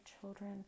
children